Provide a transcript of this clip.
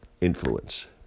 influence